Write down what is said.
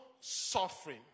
suffering